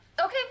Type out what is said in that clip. Okay